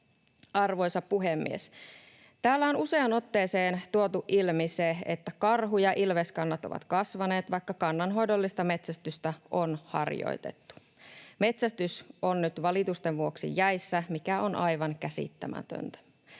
Arvoisa puhemies! Täällä on useaan otteeseen tuotu ilmi se, että karhu‑ ja ilveskannat ovat kasvaneet, vaikka kannanhoidollista metsästystä on harjoitettu. Metsästys on nyt valitusten vuoksi jäissä, mikä on aivan käsittämätöntä.